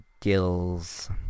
gills